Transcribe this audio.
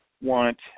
want